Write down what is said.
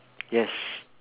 yes